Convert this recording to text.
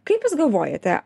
kaip jūs galvojate